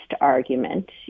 argument